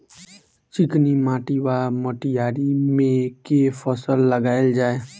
चिकनी माटि वा मटीयारी मे केँ फसल लगाएल जाए?